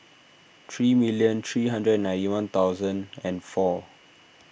three million three hundred and ninety one thousand and four